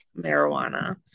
marijuana